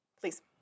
Please